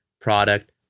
product